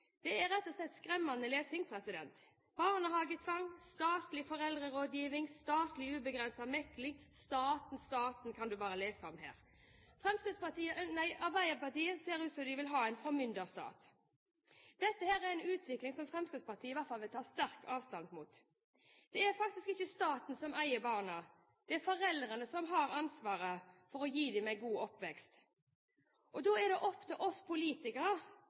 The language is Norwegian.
Det er rett og slett skremmende lesning: barnehagetvang, statlig foreldrerådgiving, statlig ubegrenset mekling – staten, staten, er det man kan lese om her. Arbeiderpartiet ser ut til å ville ha en formynderstat. Dette er en utvikling som Fremskrittspartiet vil ta sterkt avstand fra. Det er faktisk ikke staten som eier barna; det er foreldrene som har ansvaret for å gi dem en god oppvekst. Da er det opp til oss politikere